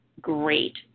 great